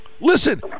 Listen